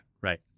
Right